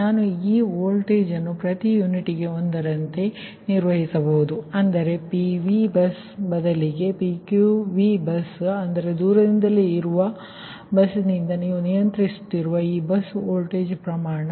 ನಾನು ಈ ವೋಲ್ಟೇಜ್ ಅನ್ನು ಪ್ರತಿ ಯೂನಿಟ್ಗೆ ಒಂದರಂತೆ ನಿರ್ವಹಿಸಬಹುದು ಅಂದರೆ PV ಬಸ್ ಬದಲಿಗೆ PQV ಬಸ್ ಅಂದರೆ ದೂರದಿಂದಲೇ ಇರುವ ಬಸ್ನಿಂದ ನೀವು ನಿಯಂತ್ರಿಸುತ್ತಿರುವ ಈ ಬಸ್ ವೋಲ್ಟೇಜ್ ಪ್ರಮಾಣ